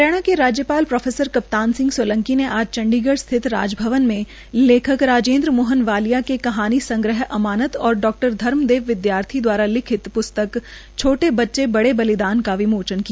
हरियाणा के राज्यपाल प्रो कप्तान सिंह सोलंकी ने आज चंडीगढ़ स्थित राजभवन में लेखक राजेन्द्र मोहन वालिया के कहानी संग्रह अमानत और डॉ धर्मदेव विदयार्थी दवारा लिखित प्स्तक छोटे बच्चे बड़े बलिदान का विमोचना किया